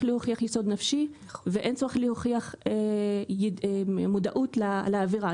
להוכיח יסוד נפשי ואין צורך להוכיח מודעות לעבירה.